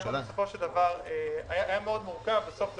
זה היה מורכב מאוד.